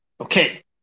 Okay